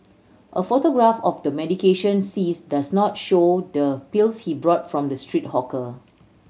a photograph of the medication seized does not show the pills he bought from the street hawker